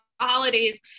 holidays